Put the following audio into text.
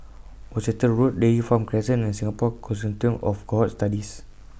Worcester Road Dairy Farm Crescent and Singapore Consortium of Cohort Studies